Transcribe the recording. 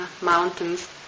mountains